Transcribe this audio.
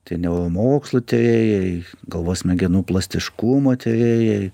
tai neuromokslų tyrėjai galvos smegenų plastiškumo tyrėjai